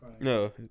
No